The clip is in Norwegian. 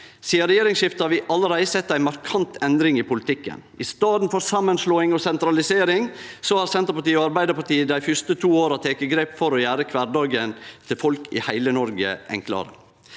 Sidan regjeringsskiftet har vi allereie sett ei markant endring i politikken. I staden for samanslåing og sentralisering har Senterpartiet og Arbeidarpartiet dei to første åra teke grep for å gjere kvardagen til folk i heile Noreg enklare.